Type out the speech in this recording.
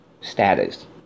status